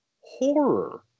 horror